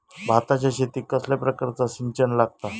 भाताच्या शेतीक कसल्या प्रकारचा सिंचन लागता?